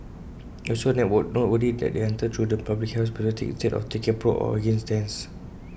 it's also noteworthy that they entered through the public health perspective instead of taking A pro or against stance